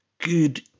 Good